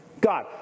God